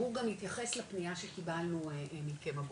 גם מתייחס לפנייה שקיבלנו מכם הבוקר,